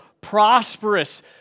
prosperous